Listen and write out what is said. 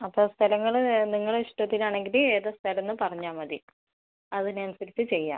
അപ്പോൾ സ്ഥലങ്ങൾ നിങ്ങളെ ഇഷ്ടത്തിന് ആണെങ്കിൽ ഏതാണ് സ്ഥലമെന്ന് പറഞ്ഞാൽ മതി അതിന് അനുസരിച്ച് ചെയ്യാം